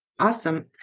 Awesome